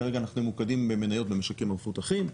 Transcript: כרגע אנחנו ממוקדים במניות במשקים המפותחים,